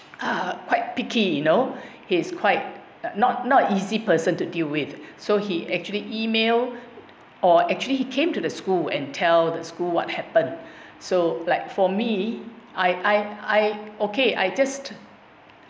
uh quite picky you know he's quite not not easy person to deal with so he actually email or actually came to the school and tell the school what happen so like for me I I I okay I just